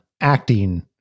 acting